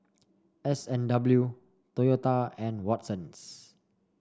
S and W Toyota and Watsons